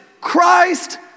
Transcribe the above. Christ